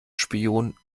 spion